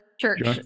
church